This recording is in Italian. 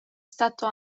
stato